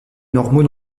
normaux